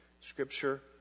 Scripture